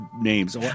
names